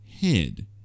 head